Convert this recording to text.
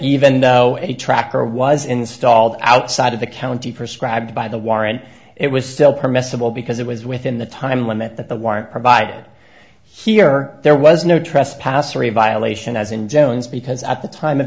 even though a tracker was installed outside of the county prescribed by the warrant it was still permissible because it was within the time limit that the warrant provided here there was no trespasser a violation as in jones because at the time of